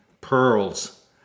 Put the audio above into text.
pearls